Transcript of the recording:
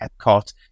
epcot